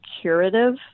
curative